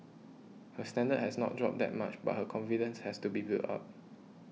her standard has not dropped that much but her confidence has to be built up